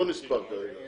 לא נספר כרגע,